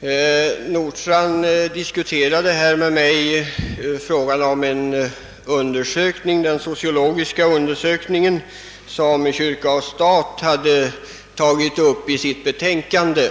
Herr Nordstrandh talade om den sociologiska undersökning som kyrka— stat hade tagit upp i sitt betänkande.